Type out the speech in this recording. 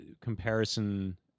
comparison